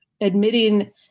admitting